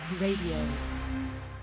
Radio